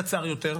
תודה רבה.